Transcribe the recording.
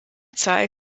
zahl